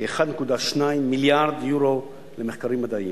כ-1.2 מיליארד יורו למחקרים מדעיים.